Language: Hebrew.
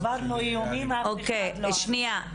עברנו איומים ואף אחד לא